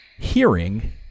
hearing